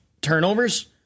turnovers